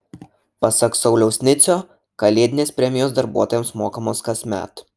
pasak sauliaus nicio kalėdinės premijos darbuotojams mokamos kasmet